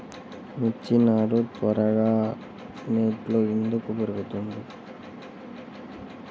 మిర్చి నారు త్వరగా నెట్లో ఎందుకు పెరుగుతుంది?